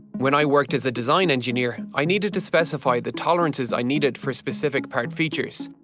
when i worked as a design engineer, i needed to specify the tolerances i needed for specific part features.